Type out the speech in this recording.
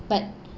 but